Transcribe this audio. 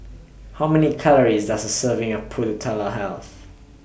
How Many Calories Does A Serving of Pulut Health